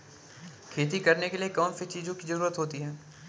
खेती करने के लिए कौनसी चीज़ों की ज़रूरत होती हैं?